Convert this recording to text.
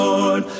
Lord